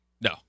No